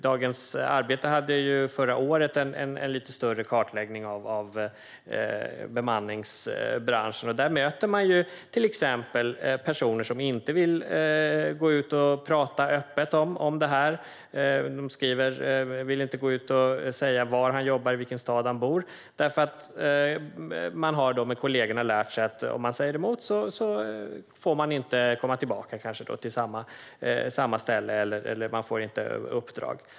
Dagens Arbete hade förra året en lite större kartläggning av bemanningsbranschen, och där mötte man personer som inte ville gå ut och prata öppet om det här. Man skrev: Han vill inte säga var han jobbar och i vilken stad han bor. Anledningen var att man av kollegorna har lärt sig att om man säger emot får man inte komma tillbaka till samma ställe eller får inte uppdrag.